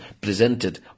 presented